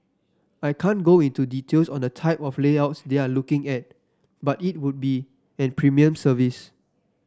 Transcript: I can't go into details on the type of layouts they're looking at but it would be an premium service